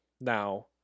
Now